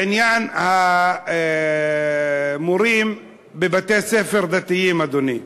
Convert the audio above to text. בעניין המורים בבתי-ספר דתיים, אדוני,